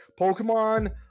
Pokemon